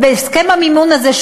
והסכם המימון הזה,